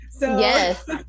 Yes